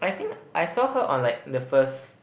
but I think I saw her on like the first